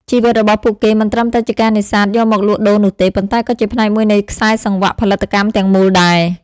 ជីវិតរបស់ពួកគេមិនត្រឹមតែជាការនេសាទយកមកលក់ដូរនោះទេ ប៉ុន្តែក៏ជាផ្នែកមួយនៃខ្សែសង្វាក់ផលិតកម្មទាំងមូលដែរ។